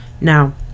now